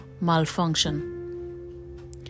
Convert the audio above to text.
malfunction